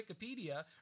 Wikipedia